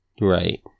Right